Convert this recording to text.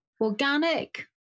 Organic